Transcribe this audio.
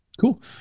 Cool